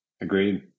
agreed